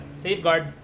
safeguard